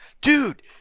Dude